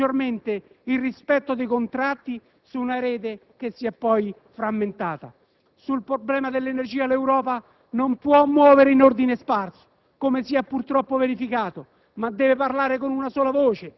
Paradossalmente, il sistema politico sovietico garantiva maggiormente il rispetto dei contratti su una rete che si è poi frammentata. Sul problema dell'energia l'Europa non può muovere in ordine sparso,